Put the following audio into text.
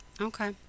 Okay